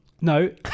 no